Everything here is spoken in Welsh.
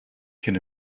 cyn